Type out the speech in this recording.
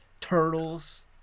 turtles